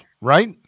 right